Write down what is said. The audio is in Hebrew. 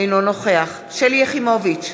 אינו נוכח שלי יחימוביץ,